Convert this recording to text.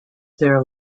their